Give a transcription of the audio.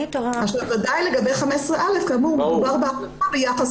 בוודאי לגבי 15(א), כאמור, מדובר בהקבלה ביחס